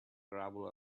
gravel